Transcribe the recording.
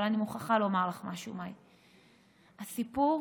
אבל אני מוכרחה לומר לך משהו, מאי: הסיפור